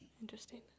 interesting